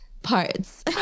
parts